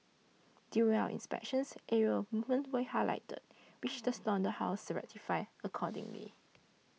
during our inspections areas of improvement were highlighted which the slaughterhouse rectified accordingly